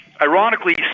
ironically